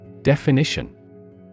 Definition